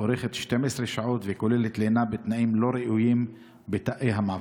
אורכת 12 שעות וכוללת לינה בתנאים לא ראויים בתאי המעבר?